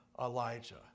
Elijah